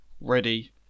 ready